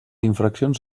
infraccions